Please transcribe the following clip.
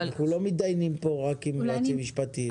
אנחנו לא מתדיינים כאן רק עם היועצים המשפטיים.